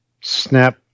snap